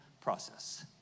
process